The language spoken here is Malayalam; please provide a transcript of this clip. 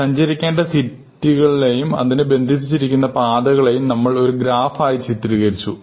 സഞ്ചരിക്കേണ്ട സിറ്റി കളെയും അതിന് ബന്ധിച്ചിരിക്കുന്നു പാതകളെയും നമ്മൾ ഒരു ഗ്രാഫ് ആയി ചിത്രീകരിച്ചു